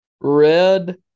Red